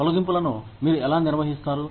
తొలగింపులను మీరు ఎలా నిర్వహిస్తారు